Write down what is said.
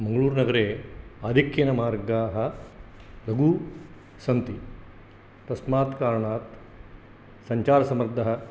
मङ्गळूर्नगरे आधिक्येन मार्गाः लघु सन्ति तस्मात् कारणात् सञ्चारसमर्दः